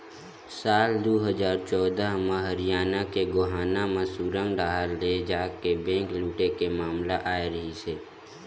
साल दू हजार चौदह म हरियाना के गोहाना म सुरंग डाहर ले जाके बेंक लूटे के मामला आए रिहिस हे